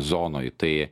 zonoj tai